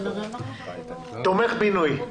תומך בינוי.